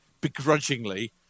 begrudgingly